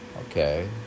Okay